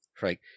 right